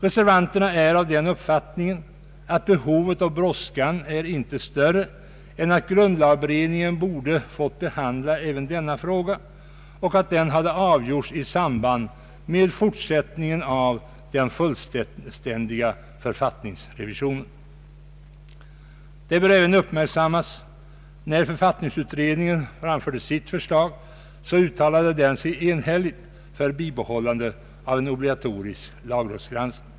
Reservanterna är av den uppfattningen att behovet och brådskan inte är större än att grundlagberedningen borde ha fått behandla även denna fråga och att den hade fått avgöras i samband med fortsättningen av den fullständiga författningsrevisionen. Det bör även uppmärksammas att författningsutredningen, när den framförde sitt förslag, enhälligt uttalade sig för bibehållande av en obligatorisk lagrådsgranskning.